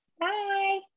Bye